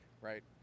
right